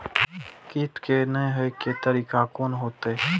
कीट के ने हे के तरीका कोन होते?